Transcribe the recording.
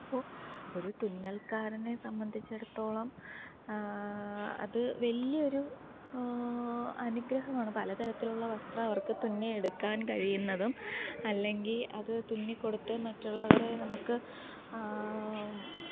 അപ്പോൾ ഒരു തുന്നല്ക്കാരനെ സംബന്ധിച്ചെടുത്തോളം അത് വലിയൊരു അനുഗ്രഹമാണ് പല തരത്തിലുള്ള വസ്ത്രം അവര്ക്ക് തുന്നിയെടുക്കാന് കഴിയുന്നതും അല്ലെങ്കിൽ അത് തുന്നിക്കൊടുത്ത് മറ്റുള്ളവരെ നമുക്ക്